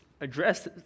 addressed